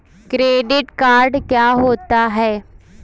Credit card क्या होता है?